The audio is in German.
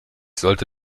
sollte